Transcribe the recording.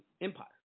Empire